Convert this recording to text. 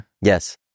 Yes